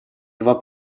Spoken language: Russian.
два